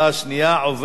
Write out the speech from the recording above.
אנחנו עוברים להצבעה